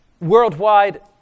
worldwide